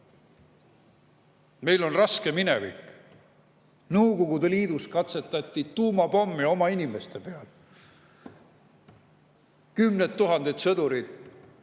Meil on raske minevik. Nõukogude Liidus katsetati tuumapommi oma inimeste peal. Kümned tuhanded sõdurid